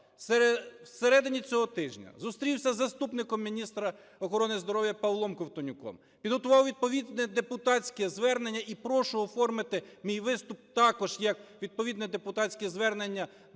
в середині цього тижня зустрівся з заступником міністра охорони здоров'я Павлом Ковтонюком, підготував відповідне депутатське звернення і прошу оформити мій виступ також як відповідне депутатське звернення